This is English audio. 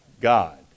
God